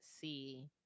see